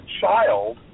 child